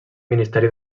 ministeri